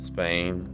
Spain